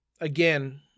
Again